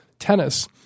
Tennis